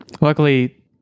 luckily